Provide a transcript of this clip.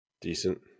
decent